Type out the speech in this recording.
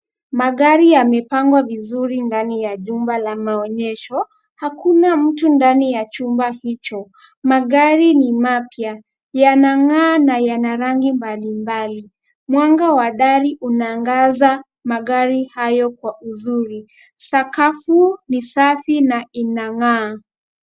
Magari yamepangwa vizuri ndani ya jumba la maonyesho. Hakuna mtu ndani ya chumba hicho. Magari ni mapya, yanang'aa na yana rangi mbalimbali. Mwanga wa dari unaangaza magari hayo kwa uzuri. Sakafu ni safi na inang'aa.